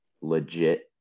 legit